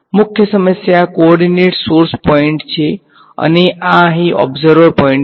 તેથી મુખ્ય coordinates source પોઇંટઓ છે અને આ અહીં ઓબ્ઝર્વર પોઈંટ છે